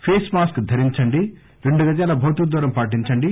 face mask ధరించండి రెండు గజాల భౌతిక దూరం పాటించండి